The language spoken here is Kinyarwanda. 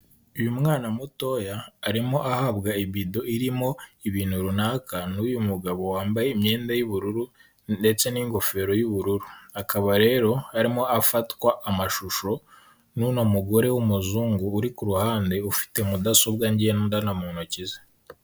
Uyu mwana mutoya, arimo ahabwa ibido irimo ibintu runaka n'uyu mugabo wambaye imyenda y'ubururu ndetse n'ingofero y'ubururu, akaba rero arimo afatwa amashusho n'uno mugore w'umuzungu uri ku ruhande, ufite mudasobwa ngendanwa mu ntoki ze.